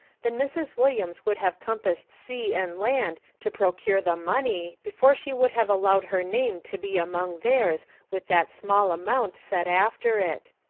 then mrs. williams would have compassed sea and land to procure the money, before she would have allowed her name to be among theirs with, that small amount set after it.